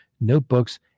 notebooks